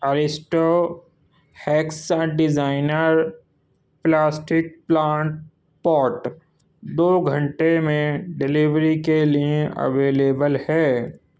Aristo hexa designer plastic plant pot دو گھنٹے میں ڈیلیوری کے لیے اویلیبل ہے